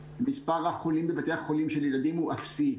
מספר החולים בבתי החולים של הילדים הוא אפסי,